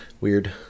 weird